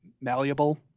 malleable